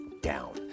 down